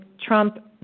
Trump